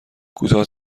کوتاه